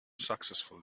successful